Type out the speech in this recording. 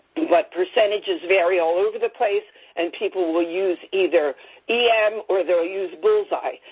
but percentages vary all over the place and people will use either em or they'll use bullseye.